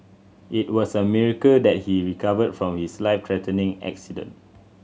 it was a miracle that he recovered from his life threatening accident